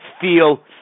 Feel